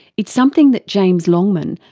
it's something that james longman,